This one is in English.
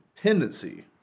tendency